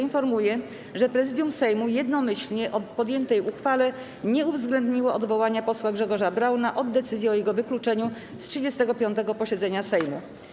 Informuję, że Prezydium Sejmu w jednomyślnie podjętej uchwale nie uwzględniło odwołania posła Grzegorza Brauna od decyzji o jego wykluczeniu z 35. posiedzenia Sejmu.